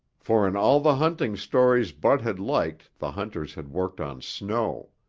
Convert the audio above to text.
for in all the hunting stories bud had liked the hunters had worked on snow.